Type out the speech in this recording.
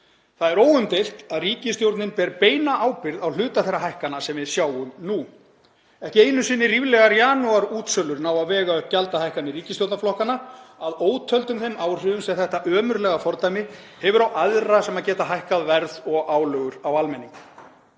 Það er óumdeilt að ríkisstjórnin ber beina ábyrgð á hluta þeirra hækkana sem við sjáum nú. Ekki einu sinni ríflegar janúarútsölur ná að vega upp gjaldahækkanir ríkisstjórnarflokkanna, að ótöldum þeim áhrifum sem þetta ömurlega fordæmi hefur á aðra sem geta hækkað verð og álögur á almenning.